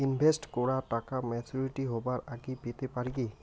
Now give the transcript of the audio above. Invest করা টাকা maturity হবার আগেই পেতে পারি কি?